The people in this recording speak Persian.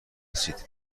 رسید